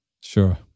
sure